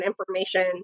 information